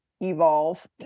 Evolve